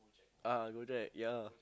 uh Gojek ya lah